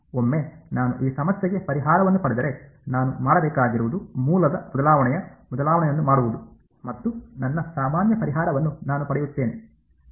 ಒಮ್ಮೆ ನಾನು ಈ ಸಮಸ್ಯೆಗೆ ಪರಿಹಾರವನ್ನು ಪಡೆದರೆ ನಾನು ಮಾಡಬೇಕಾಗಿರುವುದು ಮೂಲದ ಬದಲಾವಣೆಯ ಬದಲಾವಣೆಯನ್ನು ಮಾಡುವುದು ಮತ್ತು ನನ್ನ ಸಾಮಾನ್ಯ ಪರಿಹಾರವನ್ನು ನಾನು ಪಡೆಯುತ್ತೇನೆ